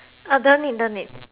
uh don't need don't need